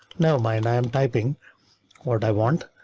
no mine. i'm typing what i want.